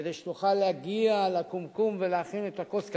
כדי שתוכל להגיע לקומקום ולהכין את כוס הקפה.